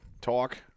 talk